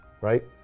right